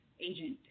agent